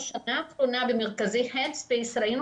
בשנה האחרונה במרכזי הד ספייס ראינו